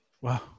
wow